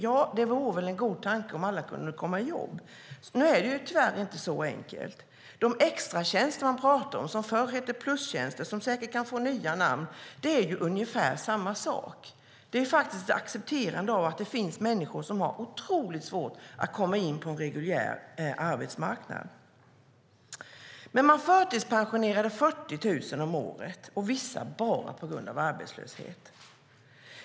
Ja, det vore väl en god tanke att göra det om alla kunde komma i jobb. Nu är det tyvärr inte så enkelt. De extratjänster man pratar om, som förr hette plustjänster och som säkert kan få nya namn, är ungefär samma sak. Det är ett faktiskt accepterande av att det finns människor som har otroligt svårt att komma in på en reguljär arbetsmarknad. Men man förtidspensionerade 40 000 personer om året, och vissa bara på grund av arbetslöshet.